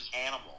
animal